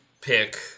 pick